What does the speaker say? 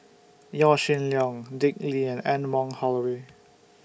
Yaw Shin Leong Dick Lee and Anne Wong Holloway